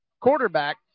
quarterback